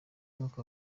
mwaka